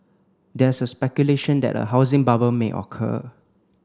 there is speculation that a housing bubble may occur